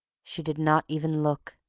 she did not even look.